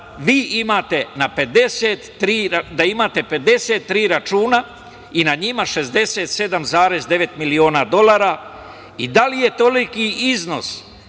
vi imate 53 računa i na njima 67,9 miliona dolara i da li je toliki iznos